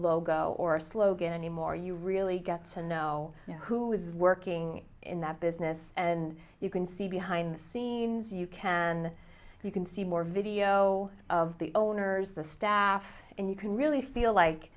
logo or a slogan anymore you really get to know who is working in that business and you can see behind the scenes you can you can see more video of the owners the staff and you can really feel like